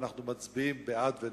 ואנחנו מצביעים בעד ונגד.